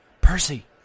Percy